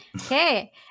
Okay